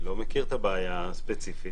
אני לא מכיר את הבעיה הספציפית.